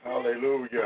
Hallelujah